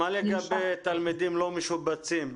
מה לגבי תלמידים לא משובצים?